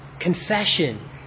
confession